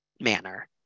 manner